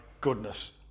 goodness